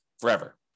forever